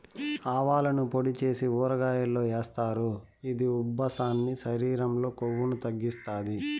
ఆవాలను పొడి చేసి ఊరగాయల్లో ఏస్తారు, ఇది ఉబ్బసాన్ని, శరీరం లో కొవ్వును తగ్గిత్తాది